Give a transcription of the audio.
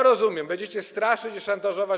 Rozumiem, będziecie straszyć i szantażować.